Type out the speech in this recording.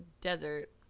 desert